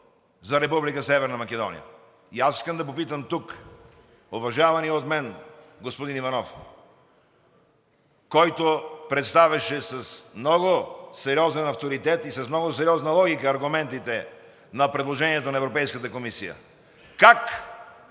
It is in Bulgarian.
Македония. И аз искам да попитам тук уважавания от мен господин Иванов, който представяше с много сериозен авторитет и с много сериозна логика аргументите на предложението на Европейската комисия: как